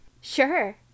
Sure